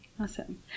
awesome